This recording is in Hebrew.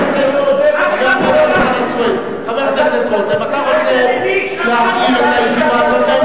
חבר הכנסת רותם, אתה רוצה להרעיל את הישיבה הזאת?